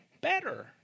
better